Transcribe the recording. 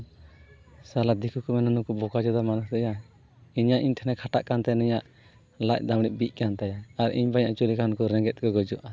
ᱥᱟᱞᱟ ᱫᱤᱠᱩ ᱠᱚᱠᱚ ᱢᱮᱱᱟ ᱱᱩᱠᱩ ᱵᱚᱠᱟᱪᱚᱫᱟ ᱢᱟᱹᱡᱷᱤ ᱭᱟ ᱤᱧᱟᱹᱜ ᱤᱧ ᱴᱷᱮᱱᱮ ᱠᱷᱟᱴᱟᱜ ᱠᱟᱱ ᱛᱮ ᱩᱱᱤᱭᱟᱜ ᱞᱟᱡ ᱫᱟᱜ ᱢᱟᱹᱲᱤ ᱵᱤᱜ ᱠᱟᱱ ᱛᱟᱭᱟ ᱟᱨ ᱤᱧ ᱵᱟᱹᱧ ᱟᱪᱩ ᱞᱮᱠᱷᱟᱱ ᱱᱩᱠᱩ ᱨᱮᱸᱜᱮᱡ ᱛᱮᱠᱚ ᱜᱩᱡᱩᱜᱼᱟ